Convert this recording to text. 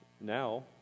now